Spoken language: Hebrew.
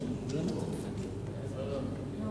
דיון בוועדת הכספים,